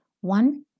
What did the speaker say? One